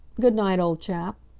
good night, old chap!